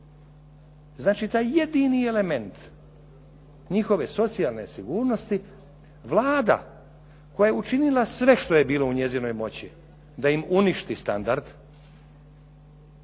Znači, taj jedini element njihove socijalne sigurnosti Vlada koja je učinila sve što je bilo u njezinoj moći da im uništi standard